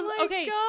okay